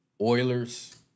Oilers